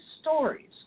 stories